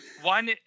one